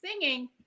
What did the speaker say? singing